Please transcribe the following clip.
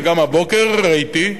וגם הבוקר ראיתי,